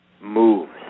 moves